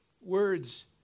words